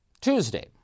Tuesday